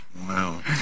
Wow